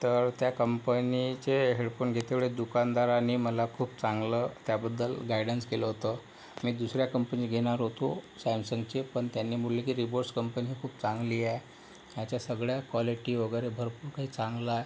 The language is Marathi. तर त्या कंपनीचे हेडफोन घेते वेळी दुकानदाराने मला खूप चांगलं त्याबद्दल गायडन्स केलं होतं मी दुसऱ्या कंपनी घेणार होतो सॅमसंगचे पण त्यांनी बोलले की रिबोट्स कंपनी खूप चांगली आहे ह्याच्या सगळ्या क्वालिटी वगैरे भरपूर काही चांगलं आहे